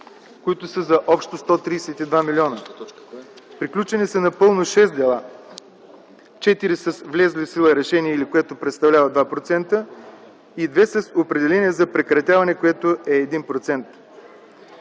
които са общо за 132 млн. лв. Приключени са напълно 6 дела: 4 с влязло в сила решение, което представлява 2%, и 2 дела с определения за прекратяване, което е 1%.